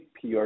PR